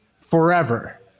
forever